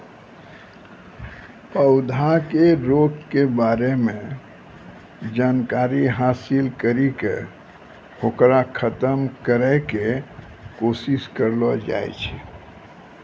पौधा के रोग के बारे मॅ जानकारी हासिल करी क होकरा खत्म करै के कोशिश करलो जाय छै